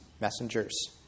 messengers